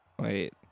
wait